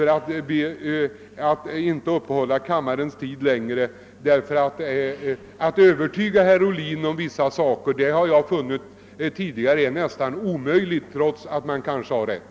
Jag skall inte uppta kammarens tid längre, ty att övertyga herr Ohlin om vissa saker är — det har jag funnit tidigare — nästan omöjligt, trots att man kanske har rätt.